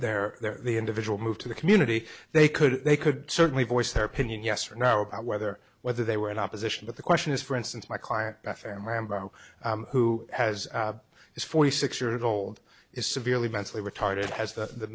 their their their individual moved to the community they could they could certainly voice their opinion yes or no about whether whether they were in opposition but the question is for instance my client a family member who has this forty six year old is severely mentally retarded has the